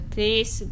Please